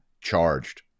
charged